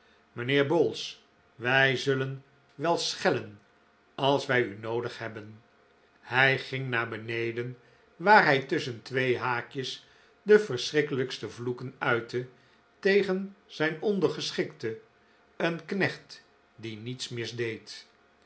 mijnheer bowls wij zullen wel schellen als wij u noodig hebben hij ging naar beneden waar hij tusschen twee haakjes de verschrikkelijkste vloeken uitte tegen zijn ondergeschikte een knecht die niets misdeed